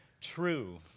true